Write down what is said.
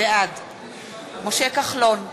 בעד משה כחלון,